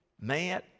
man